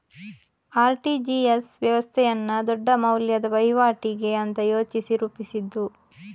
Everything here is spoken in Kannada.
ಆರ್.ಟಿ.ಜಿ.ಎಸ್ ವ್ಯವಸ್ಥೆಯನ್ನ ದೊಡ್ಡ ಮೌಲ್ಯದ ವೈವಾಟಿಗೆ ಅಂತ ಯೋಚಿಸಿ ರೂಪಿಸಿದ್ದು